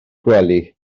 gwely